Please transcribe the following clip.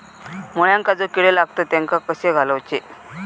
मुळ्यांका जो किडे लागतात तेनका कशे घालवचे?